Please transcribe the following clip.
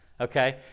Okay